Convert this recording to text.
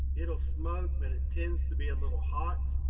it'll smoke but it tends to be a little hot.